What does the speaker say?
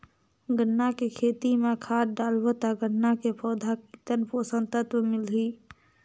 गन्ना के खेती मां खाद डालबो ता गन्ना के पौधा कितन पोषक तत्व मिलही?